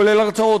כולל הרצאות,